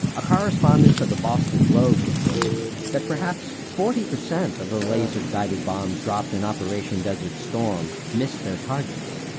a correspondent for the boston globe reported that perhaps forty percent of the laser guided bombs dropped in operation desert storm missed their targets.